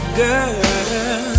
girl